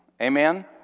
Amen